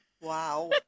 Wow